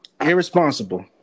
Irresponsible